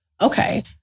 Okay